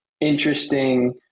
interesting